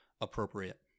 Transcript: appropriate